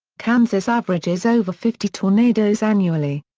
kansas averages over fifty tornadoes annually.